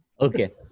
Okay